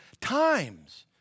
times